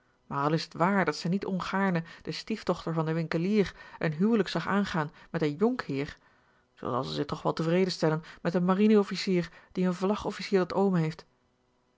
maar al is t waar dat zij niet ongaarne de stiefdochter van den winkelier een huwelijk zag aangaan met een jonkheer zoo zal zij zich toch wel tevreden stellen met een marine officier die een vlagofficier tot oom heeft